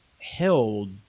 held